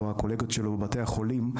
או הקולגות שלו בבתי החולים,